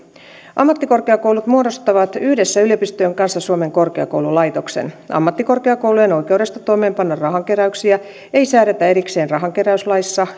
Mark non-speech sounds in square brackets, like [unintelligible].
ammattikorkeakoulut muodostavat yhdessä yliopistojen kanssa suomen korkeakoululaitoksen ammattikorkeakoulujen oikeudesta toimeenpanna rahankeräyksiä ei säädetä erikseen rahankeräyslaissa [unintelligible]